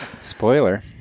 Spoiler